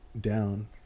down